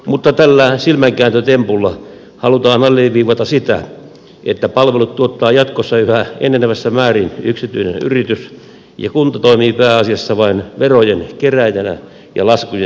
mutta tällä silmänkääntötempulla halutaan alleviivata sitä että palvelut tuottaa jatkossa yhä enenevässä määrin yksityinen yritys ja kunta toimii pääasiassa vain verojen kerääjänä ja laskujen maksajana